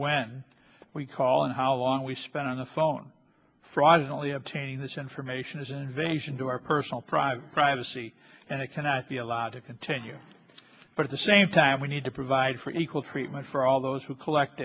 when we call and how long we spend on the phone fraudulently obtaining this information is an invasion to our personal private privacy and it cannot be allowed tenure but at the same time we need to provide for equal treatment for all those who collect